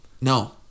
No